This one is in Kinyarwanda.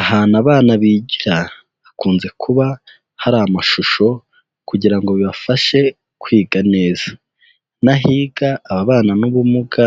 Ahantu abana bigira hakunze kuba hari amashusho kugira ngo bibafashe kwiga neza, n'ahiga ababana n'ubumuga